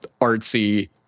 artsy